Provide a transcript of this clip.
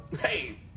hey